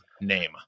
name